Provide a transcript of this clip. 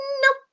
Nope